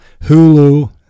Hulu